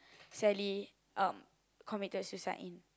Sally uh committed suicide in